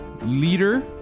leader